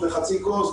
וחצי כוס,